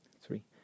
three